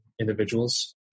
individuals